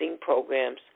programs